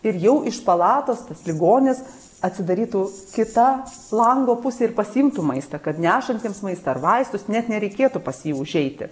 ir jau iš palatos tas ligonis atsidarytų kitą lango pusę ir pasiimtų maistą kad nešantiems maistą ar vaistus net nereikėtų pas jį užeiti